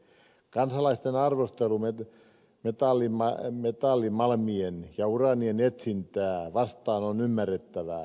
kansalaisten arvostelu metallimalmien ja uraanin etsintää vastaan on ymmärrettävää